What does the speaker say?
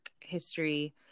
history